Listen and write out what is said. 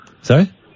Sorry